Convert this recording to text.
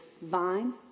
vine